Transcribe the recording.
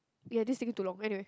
ya this thing is too long anyway